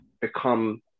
become